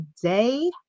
today